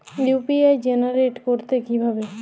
UPI generate করতে হয় কিভাবে?